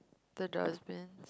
the dustbin